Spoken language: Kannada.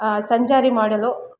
ಸಂಚಾರಿ ಮಾಡಲು